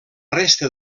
resta